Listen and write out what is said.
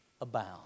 abound